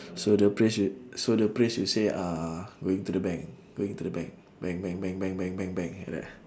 so the phrase you so the phrase you say uh going to the bank going to the bank bank bank bank bank bank bank bank like that